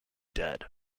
dead